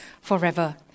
forever